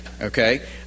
Okay